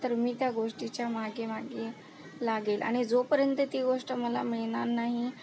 तर मी त्या गोष्टीच्या मागे मागे लागेल आणि जोपर्यंत ती गोष्ट मला मिळणार नाही